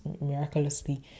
miraculously